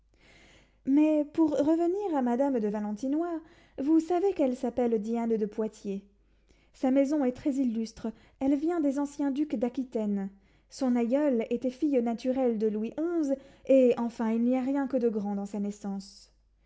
mais pour revenir à madame de valentinois vous savez qu'elle s'appelle diane de poitiers sa maison est très illustre elle vient des anciens ducs d'aquitaine son aïeule était fille naturelle de louis xi et enfin il n'y a rien que de grand dans sa naissance